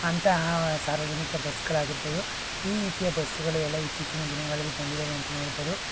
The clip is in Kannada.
ಅಂತಹ ಸಾರ್ವಜನಿಕ ಬಸ್ಗಳಾಗಿರಬಹುದು ಈ ರೀತಿಯ ಬಸ್ಸುಗಳು ಎಲ್ಲ ಇತ್ತೀಚಿನ ದಿನಗಳಲ್ಲಿ ಬಂದಿದ್ದಾವೆ ಅಂತಲೇ ಹೇಳ್ಬೋದು